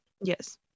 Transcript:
Yes